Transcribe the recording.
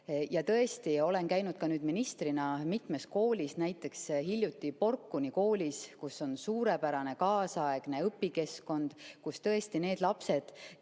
Ja tõesti, olen käinud ka nüüd ministrina mitmes koolis, hiljuti näiteks Porkuni koolis, kus on suurepärane kaasaegne õpikeskkond. Need lapsed,